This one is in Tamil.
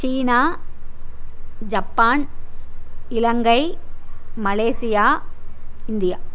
சீனா ஜப்பான் இலங்கை மலேசியா இந்தியா